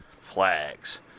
Flags